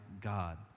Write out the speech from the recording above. God